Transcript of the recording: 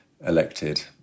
elected